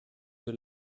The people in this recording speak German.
für